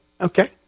Okay